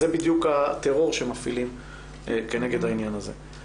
זה בדיוק הטרור שמפעילים כנגד העניין הזה.